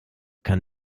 kann